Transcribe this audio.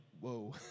whoa